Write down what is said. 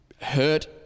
hurt